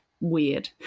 weird